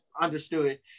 understood